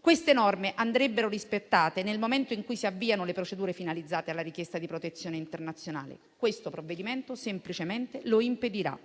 Queste norme andrebbero rispettate nel momento in cui si avviano le procedure finalizzate alla richiesta di protezione internazionale. Il provvedimento in esame semplicemente lo impedirà.